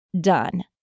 done